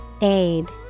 Aid